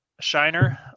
Shiner